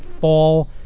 fall